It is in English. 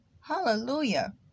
Hallelujah